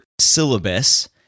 syllabus